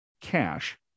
cash